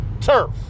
turf